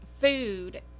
food